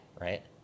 Right